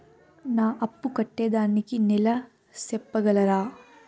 నా అప్పు కట్టేదానికి నెల సెప్పగలరా?